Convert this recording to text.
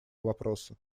вопроса